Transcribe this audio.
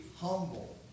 humble